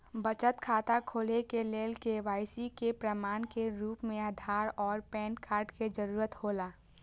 बचत खाता खोले के लेल के.वाइ.सी के प्रमाण के रूप में आधार और पैन कार्ड के जरूरत हौला